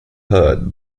hurt